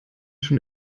schon